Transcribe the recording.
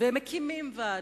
והם מקימים ועד,